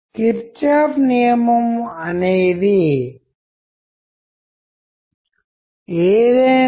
కథల చివరలో డిటెక్టివ్ చాలా తరచుగా వివరిస్తూ ఉంటారు అది షెర్లాక్ హోమ్స్ లేదా హెర్క్యుల్ పోయిరోట్ అయినా